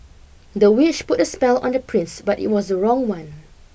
the witch put a spell on the prince but it was wrong one